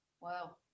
Wow